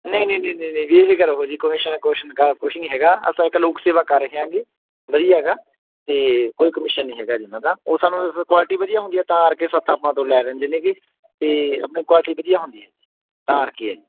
ਨਹੀਂ ਨਹੀਂ ਨਹੀਂ ਨਹੀਂ ਨਹੀਂ ਕੁਛ ਨਹੀਂ ਹੈਗਾ ਅਸਾਂ ਇੱਕ ਲੋਕ ਸੇਵਾ ਕਰ ਰਹੇ ਹਾਂਗੇ ਸਹੀ ਹੈਗਾ ਅਤੇ ਕੋਈ ਕਮਿਸ਼ਨ ਨਹੀਂ ਹੈਗਾ ਇਹਨਾਂ ਦਾ ਉਹ ਸਾਨੂੰ ਕੁਆਲਟੀ ਵਧੀਆ ਹੁੰਦੀ ਤਾਂ ਆ ਕੇ ਸਾਡੇ ਆਪਾਂ ਤੋਂ ਲੈ ਲੈਂਦੇ ਨੇਗੇ ਅਤੇ ਆਪਣੇ ਕੁਆਲਿਟੀ ਵਧੀਆ ਹੁੰਦੀ ਹੈ ਤਾਂ ਕਰਕੇ ਹੈ